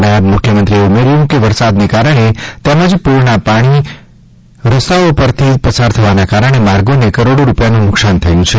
નાયબ મુખ્યમંત્રીશ્રીએ ઉમેર્યુ કે વરસાદને કારણે તેમજ પૂરના પાણી રસ્તાઓ પરથી પસાર થવાના કારણે માર્ગોને કરોડો રૂપિયાનું નૂકસાન થયુ છે